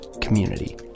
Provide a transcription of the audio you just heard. community